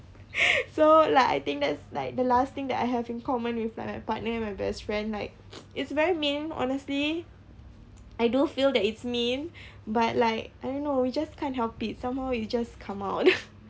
so like I think that's like the last thing that I have in common with my partner and my best friend like it's very mean honestly I do feel that it's mean but like I don't know you just can't help it somehow it just come out